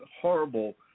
horrible